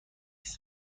است